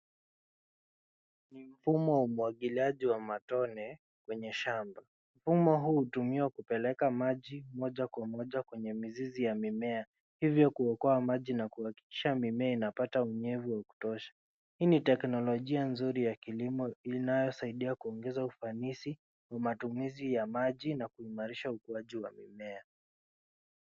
Ni mfumo wa umwagiliaji wa matone kwenye shamba. Mfumo huu hutumiwa kupeleka maji moja kwa moja kwenye mizizi ya mimea ili kuokoa maji na kuhakikisha mimea inapata unyevu wa kutosha. Hii ni teknolojia nzuri ya kilimo inayosaidia kuongeza ufanisi wa matumizi ya maji na kuimarisha ukuaji wa mimea.